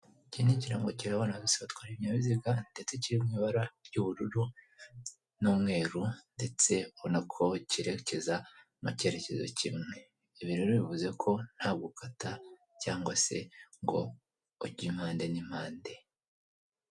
Iki ni ikirango kireba abantu bose batwara ibinyabiziga ndetse kiri mu ibara ry'ubururu n'umweru, ndetse ubonako cyerekeza mu cyerekezo kimwe, ibi rero bivuze ko nta gukata cyangwa se ngo ujye mpande n'impande.